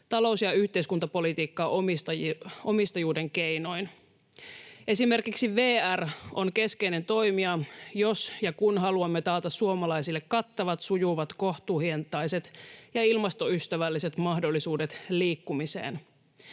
talous- ja yhteiskuntapolitiikkaa omistajuuden keinoin. Esimerkiksi VR on keskeinen toimija, jos ja kun haluamme taata suomalaisille kattavat, sujuvat, kohtuuhintaiset ja ilmastoystävälliset mahdollisuudet liikkumiseen.